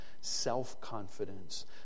self-confidence